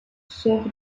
sœur